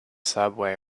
subway